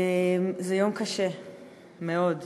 זה יום קשה מאוד.